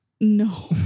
No